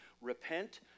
repent